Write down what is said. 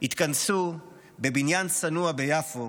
התכנסו בבניין צנוע ביפו